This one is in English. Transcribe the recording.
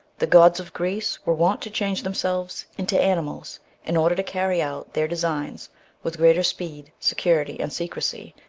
the gods of greece were wont to change themselves into animals in order to carry out their designs with greater speed, security and secrecy,